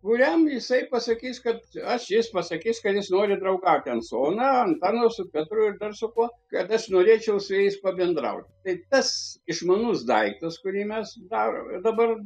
kuriam jisai pasakys kad aš jis pasakys kad jis nori draugaut ten su ona antanu su petru ir dar su kuo kad aš norėčiau su jais pabendraut tai tas išmanus daiktas kurį mes darom dabar